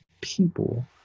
people